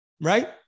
right